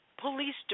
police